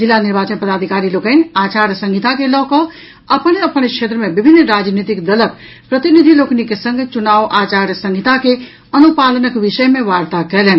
जिला निर्वाचन पदाधिकारी लोकनि आचार संहिता के लऽ कऽ अपन अपन क्षेत्र मे विभिन्न राजनीतिक दलक प्रतिनिधि लोकनिक संग चुनाव आचार संहिता के अनुपालनक विषय मे वार्ता कयलनि